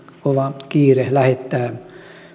kova kiire lähettää